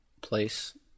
Place